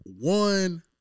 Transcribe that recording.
one